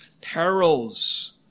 perils